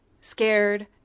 Scared